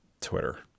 Twitter